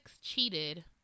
cheated